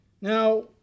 Now